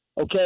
okay